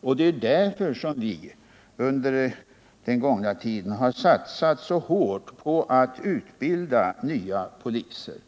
Det är ju därför som vi under den gångna tiden har satsat så hårt på att utbilda fler poliser.